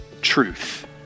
truth